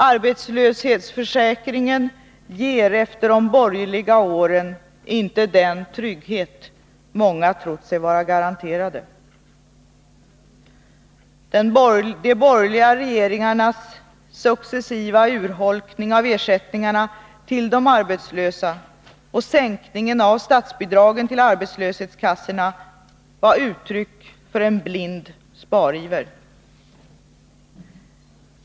Arbetslöshetsförsäkringen ger efter de borgerliga åren inte den trygghet som många trott sig vara garanterade. De borgerliga regeringarnas successiva urholkning av ersättningarna till de arbetslösa och sänkning av statsbidragen till arbetslöshetskassorna är uttryck för en blind spariver.